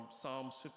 Psalms